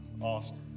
Awesome